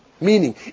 Meaning